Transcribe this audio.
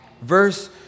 Verse